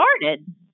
started